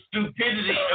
stupidity